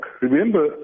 Remember